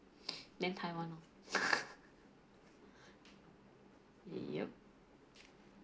then taiwan lor yup